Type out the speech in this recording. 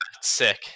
sick